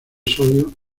sodio